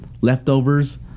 leftovers